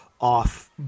off